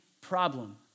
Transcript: problem